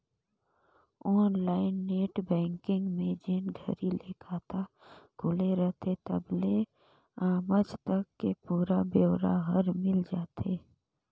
online net banking में जेन घरी ले खाता खुले रथे तबले आमज तक के पुरा ब्योरा हर मिल जाथे